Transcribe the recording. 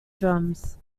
drums